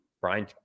Brian